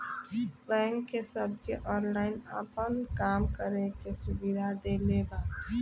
bank सबके online आपन काम करे के सुविधा देले बा